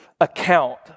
account